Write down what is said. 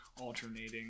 alternating